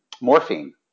morphine